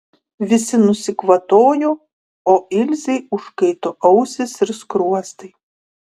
visi nusikvatojo o ilzei užkaito ausys ir skruostai